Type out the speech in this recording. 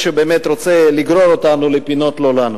שבאמת רוצה לגרור אותנו לפינות לא לנו.